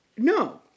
No